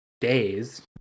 days